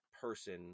person